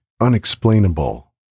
unexplainable